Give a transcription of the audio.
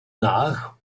nach